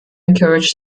encouraged